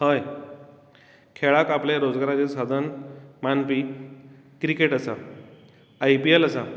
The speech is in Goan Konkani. हय खेळाक आपले रोजगाराचे साधन मानपी क्रिकेट आसा आय पि एल आसा